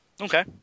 Okay